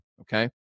Okay